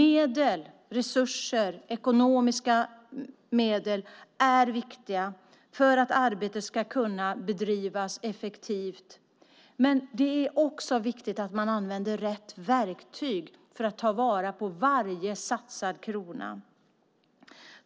Ekonomiska medel och resurser är viktiga för att arbetet ska kunna bedrivas effektivt, men det är också viktigt att man använder rätt verktyg för att ta vara på varje satsad krona.